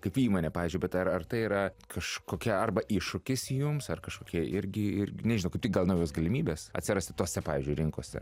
kaip įmonė pavyzdžiui bet ar ar tai yra kažkokia arba iššūkis jums ar kažkokie irgi ir nežinau kaip tik gal naujos galimybės atsirasti tose pavyzdžiui rinkose